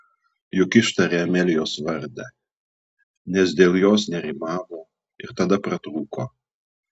juk ištarė amelijos vardą nes dėl jos nerimavo ir tada pratrūko